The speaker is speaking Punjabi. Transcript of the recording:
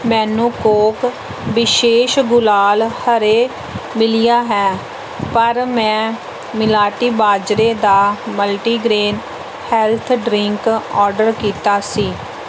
ਮੈਨੂੰ ਕੌਕ ਵਿਸ਼ੇਸ਼ ਗੁਲਾਲ ਹਰੇ ਮਿਲਿਆ ਹੈ ਪਰ ਮੈਂ ਮਿਲਟ ਬਾਜਰੇ ਦਾ ਮਲਟੀਗ੍ਰੇਨ ਹੈਲਥ ਡਰਿੰਕ ਆਰਡਰ ਕੀਤਾ ਸੀ